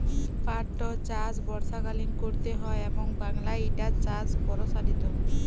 পাটটর চাষ বর্ষাকালীন ক্যরতে হয় এবং বাংলায় ইটার চাষ পরসারিত